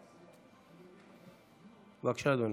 בבקשה, אדוני.